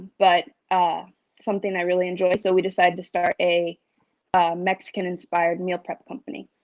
but, ah something i really enjoy. so, we decided to start a mexican inspired meal-prep company.